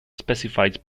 specified